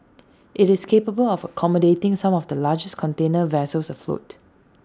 IT is capable of accommodating some of the largest container vessels afloat